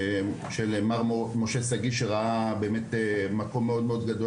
של מר משה שגיב שראה באמת מקום מאוד מאוד גדול